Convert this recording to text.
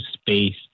space